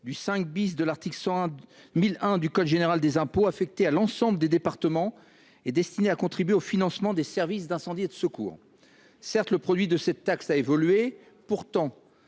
du 5 de l'article 1001 du code général des impôts, affectée à l'ensemble des départements et destinée à contribuer au financement des services d'incendie et de secours. Certes, le produit de la taxe a évolué. Pourtant,